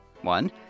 One